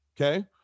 okay